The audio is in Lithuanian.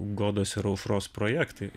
godos ir aušros projektai